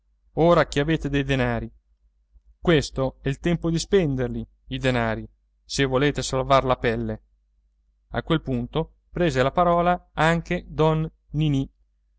ora che avete dei denari questo è il tempo di spenderli i denari se volete salvar la pelle a quel punto prese la parola anche don ninì